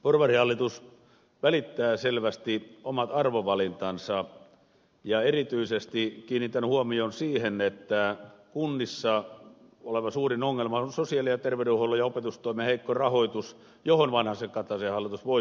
porvarihallitus välittää selvästi omat arvovalintansa ja erityisesti kiinnitän huomion siihen että kunnissa oleva suurin ongelmahan on sosiaali ja terveydenhuollon ja opetustoimen heikko rahoitus johon vanhasenkataisen hallitus voisi vaikuttaa